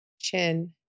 Chin